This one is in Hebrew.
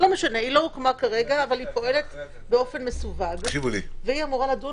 היא פועלת באופן מסווג והיא אמורה לדון